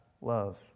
love